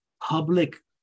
public